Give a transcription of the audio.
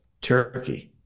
Turkey